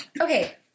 Okay